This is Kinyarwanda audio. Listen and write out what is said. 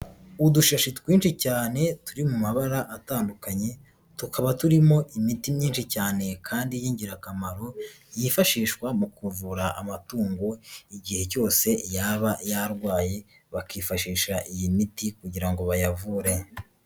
Udushashi twinshi cyane turi mu mabara atandukanye, tukaba turimo imiti myinshi cyane kandi y'ingirakamaro yifashishwa mu kuvura amatungo igihe cyose yaba yarwaye bakifashisha iyi miti kugira ngo bayavure.